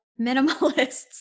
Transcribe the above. minimalists